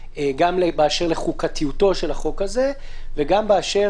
גם באשר לחוקתיותו של החוק הזה וגם באשר